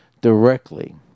directly